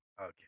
okay